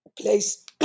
Place